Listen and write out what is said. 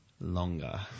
longer